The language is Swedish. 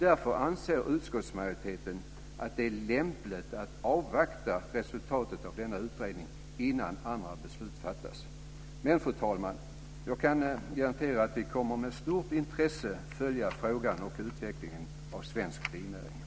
Därför anser utskottsmajoriteten att det är lämpligt att avvakta resultatet av denna utredning innan andra beslut fattas. Fru talman! Jag kan garantera att vi kommer att med stort intresse följa frågan och utvecklingen av svensk binäring.